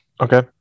Okay